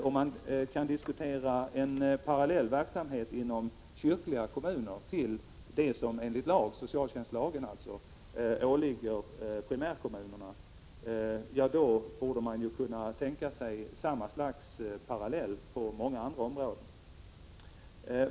Om man kan diskutera en parallell verksamhet inom kyrkliga kommuner till det som enligt socialtjänstlagen åligger primärkommunerna, då borde man kunna tänka sig samma slags parallell på många andra områden.